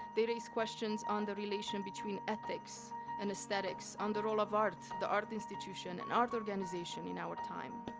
they raise questions on the relation between ethics and aesthetics under all of art, the art institution and art organization in our time.